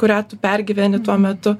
kurią tu pergyveni tuo metu